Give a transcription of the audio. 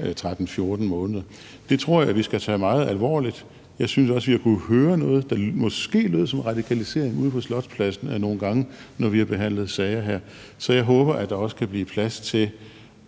13-14 måneder. Det tror jeg vi skal tage meget alvorligt. Jeg synes også, at vi har kunnet høre noget, der måske lyder som radikalisering, ude på Slotspladsen nogle gange, når vi har behandlet sager her. Så jeg håber, at der også kan blive plads til